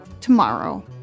tomorrow